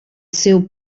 seu